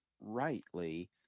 rightly